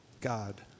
God